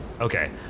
okay